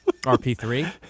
RP3